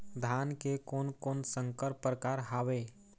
धान के कोन कोन संकर परकार हावे?